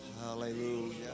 Hallelujah